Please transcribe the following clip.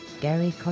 Gary